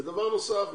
ובנוסף,